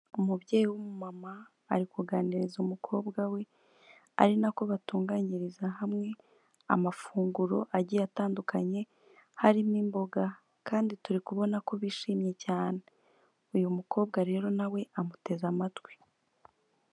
Umubyeyi w'umumama ari kuganiriza umukobwa we ari na ko batunganyiriza hamwe amafunguro agiye atandukanye harimo imboga kandi turi kubona ko bishimye cyane, uyu mukobwa rero na we amuteze amatwi.